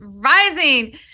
Rising